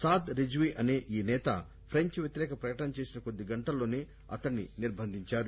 సాద్ రిజ్వీ అనే ఈ సేత ఫ్రెంచ్ వ్యతిరేక ప్రకటన చేసిన కొద్ది గంటల్లోసే అతన్ని నిర్బదించారు